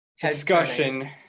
discussion